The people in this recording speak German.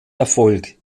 erfolg